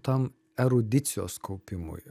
tam erudicijos kaupimui